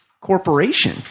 corporation